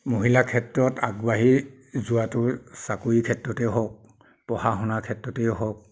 মহিলাৰ ক্ষেত্ৰত আগবাঢ়ি যোৱাটো চাকৰিৰ ক্ষেত্ৰতেই হওক পঢ়া শুনা ক্ষেত্ৰতেই হওক